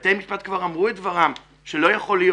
בתי משפט כבר אמרו את דברם שלא יכול להיות.